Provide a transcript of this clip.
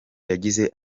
yagize